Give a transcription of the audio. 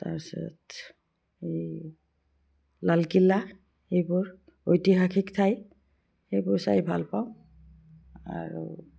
তাৰ পিছত এই লালকিল্লা সেইবোৰ ঐতিহাসিক ঠাই সেইবোৰ চাই ভালপাওঁ আৰু